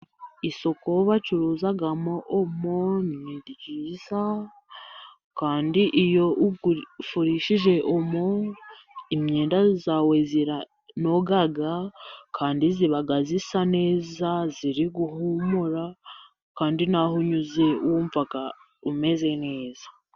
Isoko bacuruzamo omo ni ryiza, kandi iyo ufurishije Omo imyenda yawe iranoga kandi ibaga isa neza, iri guhumura, kandi n'aho unyuze wumva umeze neza.